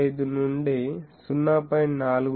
45 నుండి 0